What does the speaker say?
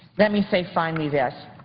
let me say finally this.